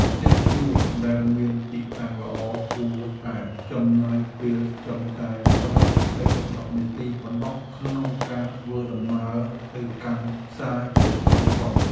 ផ្ទះជួលដែលមានទីតាំងល្អគួរតែចំណាយពេលត្រឹមតែប្រាំទៅដប់នាទីប៉ុណ្ណោះក្នុងការធ្វើដំណើរទៅកាន់ផ្សារជិតបំផុត។